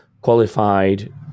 qualified